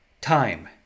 time